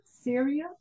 Syria